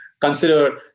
consider